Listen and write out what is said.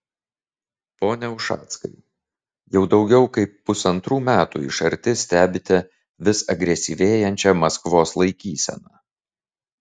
pone ušackai jau daugiau kaip pusantrų metų iš arti stebite vis agresyvėjančią maskvos laikyseną